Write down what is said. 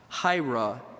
Hira